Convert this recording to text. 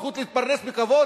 את הזכות להתפרנס בכבוד,